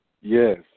Yes